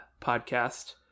podcast